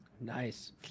nice